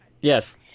Yes